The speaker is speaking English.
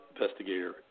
Investigator